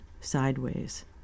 sideways